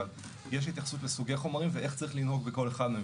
אבל יש התייחסות לסוגי חומרים ואיך צריך לנהוג בכל אחד מהם.